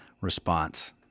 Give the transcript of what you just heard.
response